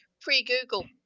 pre-Google